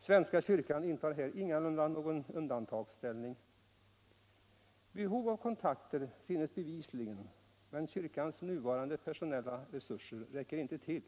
Svenska kyrkan intar här ingalunda någon undantagsställning. Behov av kontakter finns bevisligen, men kyrkans nuvarande personella resurser räcker inte till.